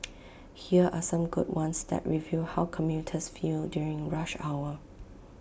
here are some good ones that reveal how commuters feel during rush hour